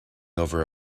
over